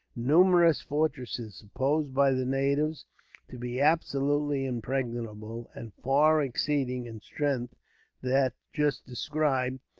numerous fortresses, supposed by the natives to be absolutely impregnable, and far exceeding in strength that just described,